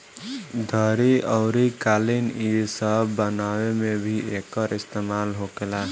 दरी अउरी कालीन इ सब बनावे मे भी एकर इस्तेमाल होखेला